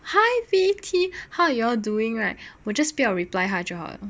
hi V_T how are y'all doing right 我 just 不要 reply 他就好了